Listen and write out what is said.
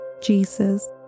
Jesus